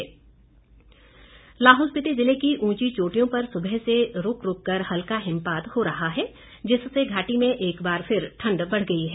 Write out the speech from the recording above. मौसम लाहौल स्पिति जिले की उंची चोटियों पर सुबह से रूक रूक कर हल्का हिमपात हो रहा है जिससे घाटी में एक बार फिर ठण्ड बढ़ गई है